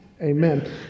amen